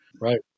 right